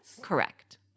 Correct